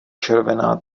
červená